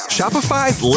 Shopify's